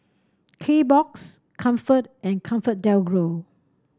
Kbox Comfort and ComfortDelGro